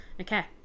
Okay